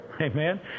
Amen